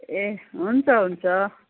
ए हुन्छ हुन्छ